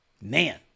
man